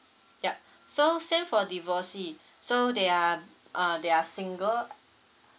yup so same for divorcee so they are uh they're single